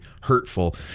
hurtful